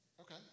Okay